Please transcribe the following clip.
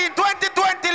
2020